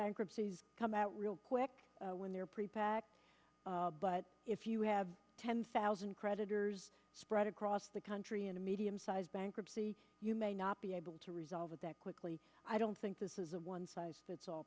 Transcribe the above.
bankruptcy come out real quick when they're prepared but if you have ten thousand creditors spread across the country in a medium sized bankruptcy you may not be able to resolve it that quickly i don't think this is a one size fits all